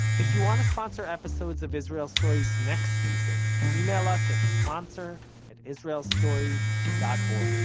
if you want to sponsor episodes of israel story's next season email us at sponsor at israelstory dot